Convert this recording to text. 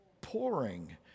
pouring